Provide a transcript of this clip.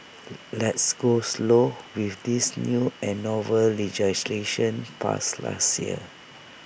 let's go slow with this new and novel legislation passed last year